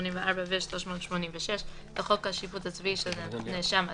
384 ו-386 לחוק השיפוט הצבאי של נאשם עצור,